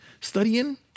studying